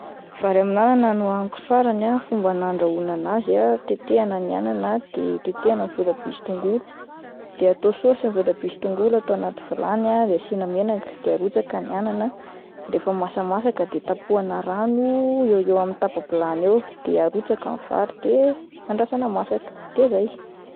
Vary amin'ny anana no nohaniko farany ah, fomba nandrahoana an'azy ah tetehina ny anana de tetehina ny voatabia sy tongolo, de atao sôsy ny voatabia sy tongolo atao anaty vilany ah de asiana menaka dia arotsaka ny anana de rahefa masamasaka de tapohana rano eo eo amin'ny tapa-bilany eo de arotsaka ny vary de andrasana masaka de zay.